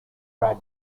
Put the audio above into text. bud